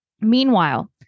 Meanwhile